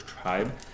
tribe